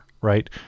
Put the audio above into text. right